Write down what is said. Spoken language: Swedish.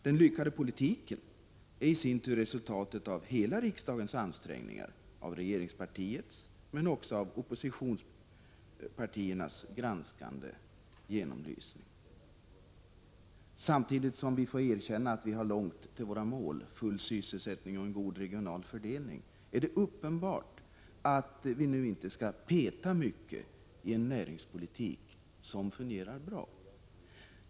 Den lyckade politiken är i sin tur resultatet av hela riksdagens ansträngningar, av regeringspartiets men också av oppositionspartiernas granskande och genomlysning. Samtidigt som vi får erkänna att vi har långt till våra mål, full sysselsättning och en god regional fördelning, är det uppenbart att vi nu inte skall peta mycket i en näringspolitik som fungerar bra.